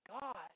God